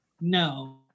No